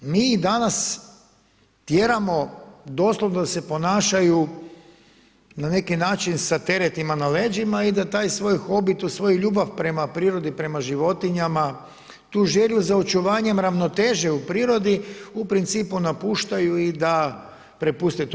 Mi ih danas tjeramo doslovno da se ponašaju na neki način sa teretima na leđima da taj svoj hobi, tu svoju ljubav prema prirodi, prema životinjama, tu želju za očuvanjem ravnoteže u prirodi u principu napuštaju i da prepuste to.